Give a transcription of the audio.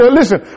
listen